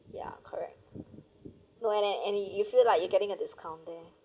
ya correct no at and if you feel like you getting a discount there